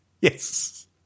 Yes